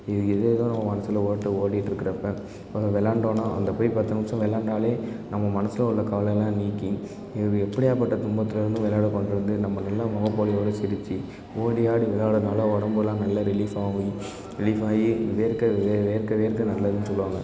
எது எதுவோ நம்ம மனசில் ஓட்டம் ஓடிக்கிட்டு இருக்குறப்போ விள்ளாண்டோன்னா அங்கேப்போய் பத்து நிமிஷம் வெள்ளாண்டாலே நம்ம மனசில் உள்ள கவலையெல்லாம் நீக்கி இது எப்படியாப்பட்ட துன்பத்தில் இருந்தும் விளையாட கொண்டு வந்து நம்ம நல்ல முகப்பொலிவோடு சிரிச்சு ஓடி ஆடி விளையாட்றதுனால உடம்புலாம் நல்ல ரிலீஃப் ஆகும் ரிலீஃப் ஆகி வேர்க்க வேர்க்க வேர்க்க நல்லதுன்னு சொல்லுவாங்க